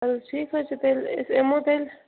وَلہٕ ٹھیٖک حظ چھُ تیٚلہِ أسۍ یِمو تیٚل